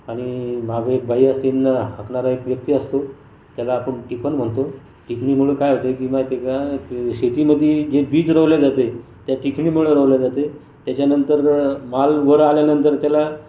आणि मागं एक बाई असती आणि हाकणारा एक व्यक्ती असतो त्याला आपण तिफन म्हणतो तिफनीमुळे काय होतं आहे की माहीत आहे का शेतीमधे जे बीज रोवलं जातं आहे त्या तिफनीमुळे रोवलं जातं आहे त्याच्यानंतर माल वर आल्यानंतर त्याला